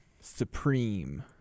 supreme